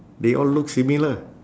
they all look similar